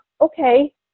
okay